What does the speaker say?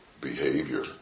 behavior